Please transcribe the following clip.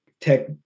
tech